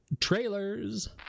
trailers